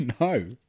No